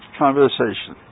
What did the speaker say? conversation